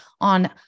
on